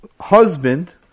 husband